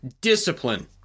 discipline